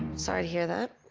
sorry to hear that.